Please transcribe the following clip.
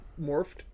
morphed